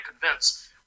convince